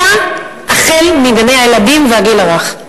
אלא החל מגני-הילדים והגיל הרך.